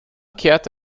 kehrte